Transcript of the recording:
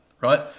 right